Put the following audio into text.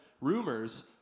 rumors